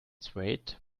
swayed